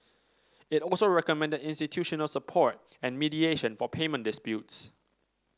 it also recommended institutional support and mediation for payment disputes